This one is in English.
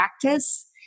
practice